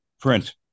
print